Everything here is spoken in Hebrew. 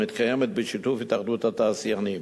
המתקיימת בשיתוף התאחדות התעשיינים,